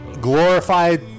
glorified